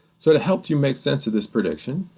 so, to help you make sense of this prediction,